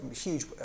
huge